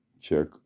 Check